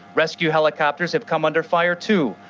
rescue helicopters have come under fire too.